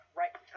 right